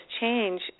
change